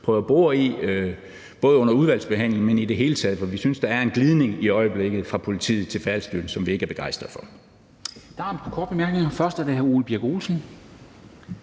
prøve at bore i, både under udvalgsbehandling, men også i det hele taget, for vi synes, der er et skred fra politiet til Færdselsstyrelsen, som vi ikke er begejstret for.